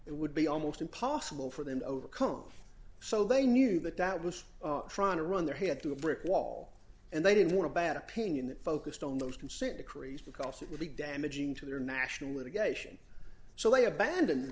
it would be almost impossible for them to overcome so they knew that that was trying to run their head to a brick wall and they didn't want a bad opinion that focused on those consent decrees because it would be damaging to their national litigation so they abandoned